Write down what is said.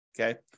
Okay